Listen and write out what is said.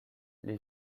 les